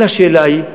כל השאלה היא,